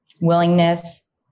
willingness